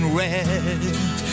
red